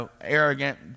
arrogant